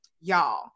y'all